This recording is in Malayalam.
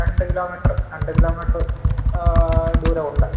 രണ്ട് കിലോമീറ്ററ് രണ്ട് കിലോമീറ്ററ് ദൂരം ഉണ്ട്